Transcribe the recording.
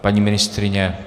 Paní ministryně?